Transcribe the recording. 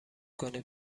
کنیم